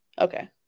Okay